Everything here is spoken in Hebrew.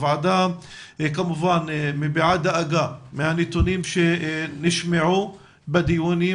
הוועדה כמובן מביעה דאגה מהנתונים שנשמעו בדיונים